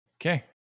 Okay